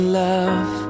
love